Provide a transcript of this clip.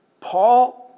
Paul